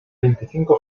veinticinco